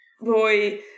boy